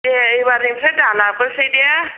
ए एबारनिफ्राय दालाबोसै दे